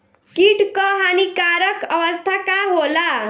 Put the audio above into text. कीट क हानिकारक अवस्था का होला?